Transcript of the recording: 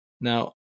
now